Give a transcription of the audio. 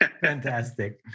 fantastic